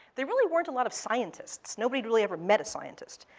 there really weren't a lot of scientists. nobody had really ever met a scientist.